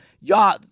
Y'all